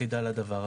אחידה לדבר הזה.